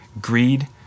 Greed